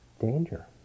danger